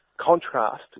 contrast